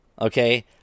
Okay